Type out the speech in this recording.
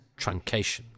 truncation